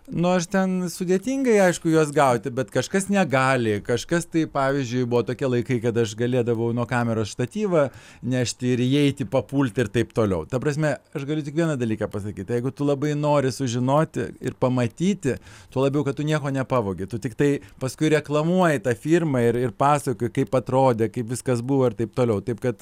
nu aš ten sudėtingai aišku juos gauti bet kažkas negali kažkas tai pavyzdžiui buvo tokie laikai kad aš galėdavau nuo kameros štatyvą nešti ir įeiti papult ir taip toliau ta prasme aš galiu tik vieną dalyką pasakyt jeigu tu labai nori sužinoti ir pamatyti tuo labiau kad tu nieko nepavogi tu tiktai paskui reklamuoji tą firmą ir ir pasakoji kaip atrodė kaip viskas buvo ir taip toliau taip kad